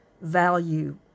value